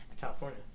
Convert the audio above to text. California